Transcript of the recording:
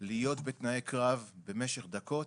להיות בתנאי קרב במשך דקות